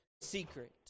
secret